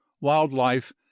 wildlife